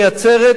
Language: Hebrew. איזה תנאים.